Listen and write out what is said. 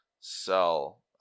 sell